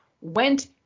went